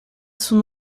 son